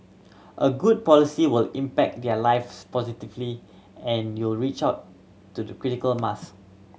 a good policy will impact their lives positively and you reach out to the critical mass